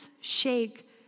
shake